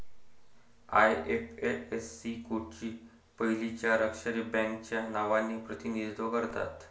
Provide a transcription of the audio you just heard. IFSC कोडची पहिली चार अक्षरे बँकेच्या नावाचे प्रतिनिधित्व करतात